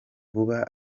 vuba